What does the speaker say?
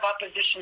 opposition